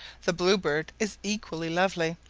the blue-bird is equally lovely,